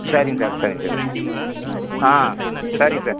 சரிங் சார் சரிங் சார் ஆ சரிங் சார்